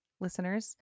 listeners